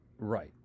Right